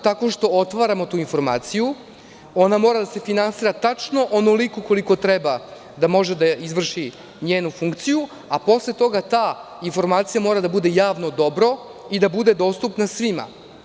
Tako što otvaramo tu informaciju i ona mora da se finansira tačno onoliko koliko treba da može da izvrši njenu funkciju, a posle toga ta informacija mora da bude javno dobro i da bude dostupna svima.